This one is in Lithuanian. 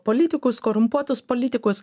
politikus korumpuotus politikus